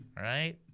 right